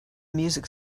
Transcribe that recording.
music